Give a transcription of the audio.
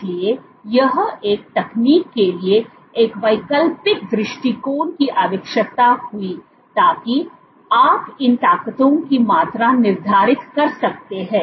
इसलिए यह एक तकनीक के लिए एक वैकल्पिक दृष्टिकोण की आवश्यकता हुई ताकि आप इन ताकतों की मात्रा निर्धारित कर सकते हैं